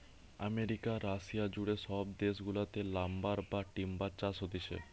America, Russia জুড়ে সব দেশ গুলাতে লাম্বার বা টিম্বার চাষ হতিছে